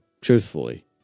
truthfully